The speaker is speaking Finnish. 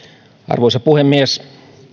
arvoisa puhemies